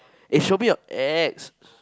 eh show me your ex